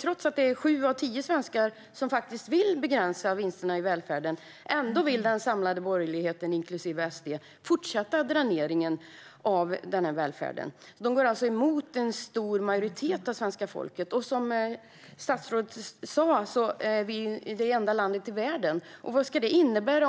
Trots att sju av tio svenskar faktiskt vill begränsa vinsterna i välfärden vill den samlade borgerligheten, inklusive Sverigedemokraterna, fortsätta dräneringen av välfärden. De går alltså emot en stor majoritet av svenska folket. Som statsrådet sa är vi det enda landet i världen som tillåter så omfattande vinstuttag.